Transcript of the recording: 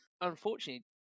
unfortunately